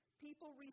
people